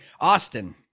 austin